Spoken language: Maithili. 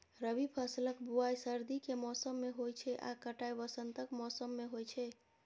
रबी फसलक बुआइ सर्दी के मौसम मे होइ छै आ कटाइ वसंतक मौसम मे होइ छै